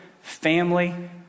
family